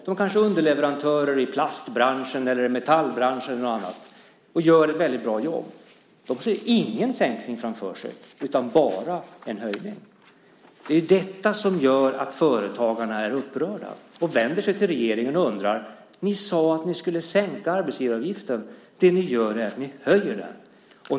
De är kanske underleverantörer i plastbranschen, i metallbranschen eller något annat och gör ett väldigt bra jobb. De ser ingen sänkning framför sig, utan bara en höjning. Det är detta som gör att företagarna är upprörda och vänder sig till regeringen och undrar: Ni sade att ni skulle sänka arbetsgivaravgiften, men ni höjer den.